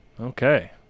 Okay